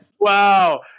Wow